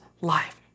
life